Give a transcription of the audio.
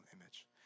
image